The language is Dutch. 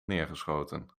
neergeschoten